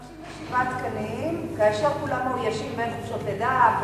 57 תקנים שלא כולם מאוישים כי יש חופשת לידה,